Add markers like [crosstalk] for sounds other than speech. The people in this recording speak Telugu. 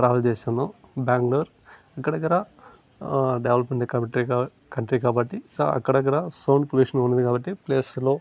ట్రావెల్ చేశాను బ్యాంగ్ళూర్ దగ్గరదగ్గర డెవలప్మెంట్ [unintelligible] కంట్రీ కాబట్టి సో అక్కడక్కడా సౌండ్ పొల్యూషన్ ఉన్నది కాబట్టి ప్లేసులో